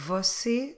Você